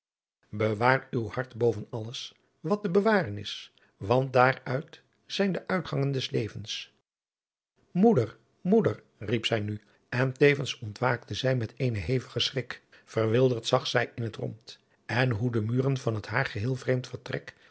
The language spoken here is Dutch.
bewaar uw hart boven alles wat te bewaren is want daar uit zijn de uitgangen des levens moeder moeder riep zij nu en tevens ontwaakte zij met eenen hevigen schrik verwilderd zag zij in het rond en hoe de muren van het haar geheel vreemd vertrek